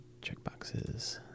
checkboxes